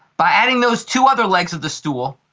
by adding those two other legs of the stool,